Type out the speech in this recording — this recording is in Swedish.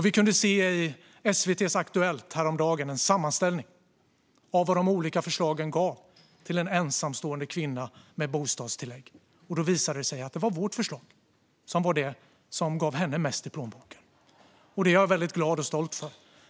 Vi kunde i Aktuellt i SVT häromdagen se en sammanställning av vad de olika förslagen gav till en ensamstående kvinna med bostadstillägg. Det visade sig att det var vårt förslag som gav henne mest i plånboken. Det är jag väldigt glad och stolt över.